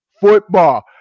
football